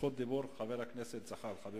זכות דיבור לחבר הכנסת זחאלקה.